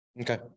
okay